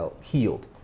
healed